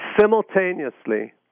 simultaneously